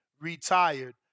retired